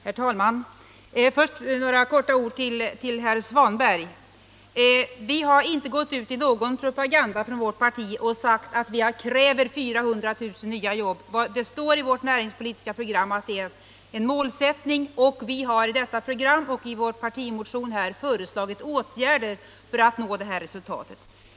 Herr talman! Först några få ord till herr Svanberg: Vi har inte gått ut i någon propaganda från vårt parti och sagt att vi kräver 400 000 nya jobb. Det står i vårt näringspolitiska program att det är en målsättning, och vi har i detta program och i vår partimotion föreslagit åtgärder för att nå det målet.